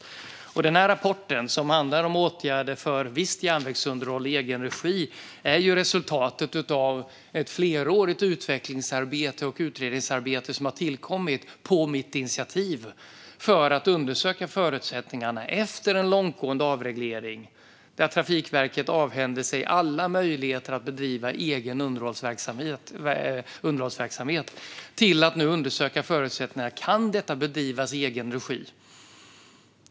Den rapport jag nu håller i min hand och som handlar om åtgärder för visst järnvägsunderhåll i egen regi är resultatet av ett flerårigt utvecklings och utredningsarbete som har tillkommit på mitt initiativ för att undersöka förutsättningarna, efter en långtgående avreglering där Trafikverket avhände sig alla möjligheter att bedriva egen underhållsverksamhet, att bedriva detta i egen regi.